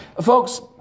Folks